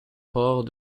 port